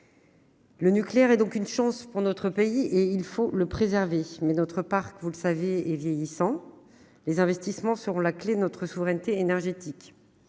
Le nucléaire est une chance pour notre pays ; il faut le préserver. Mais notre parc est vieillissant. Les investissements seront la clef de notre souveraineté énergétique.